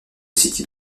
situe